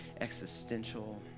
existential